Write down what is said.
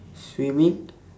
swimming